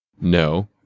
No